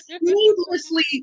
needlessly